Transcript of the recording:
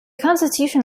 constitution